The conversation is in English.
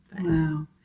Wow